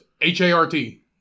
H-A-R-T